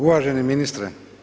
Uvaženi ministre.